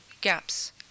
gaps